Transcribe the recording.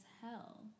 hell